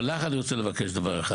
אבל, ממך אני רוצה לבקש דבר אחד.